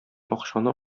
акчаны